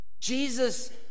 Jesus